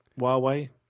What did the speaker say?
Huawei